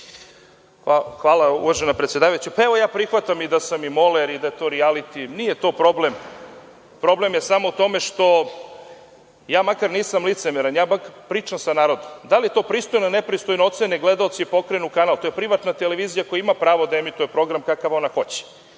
molio da mi se vrati vreme. Prihvatam ja da sam i moler i da je to rijaliti, nije to problem. Problem je samo u tome što ja makar nisam licemeran, ja pričam sa narodom. Da li je to pristojno ili nepristojno, ocene gledaoci i okrenu kanal. To je privatna televizija koja ima pravo da emituje program kakav ona